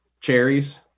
cherries